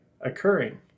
occurring